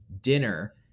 dinner